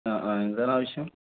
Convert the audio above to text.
ആ ആ എന്താണ് ആവശ്യം